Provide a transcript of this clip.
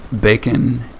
bacon